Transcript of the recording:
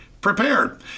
prepared